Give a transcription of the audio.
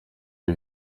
iyo